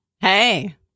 Hey